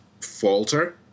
falter